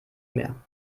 mehr